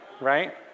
right